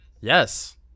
Yes